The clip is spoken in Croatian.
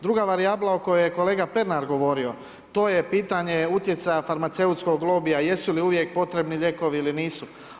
Druga varijabla o kojoj je kolega Pernar govorio, to je pitanje utjecaja farmaceutskog lobija, jesu li uvijek potrebni lijekovi ili nisu.